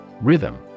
Rhythm